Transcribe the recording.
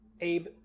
Abe